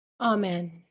Amen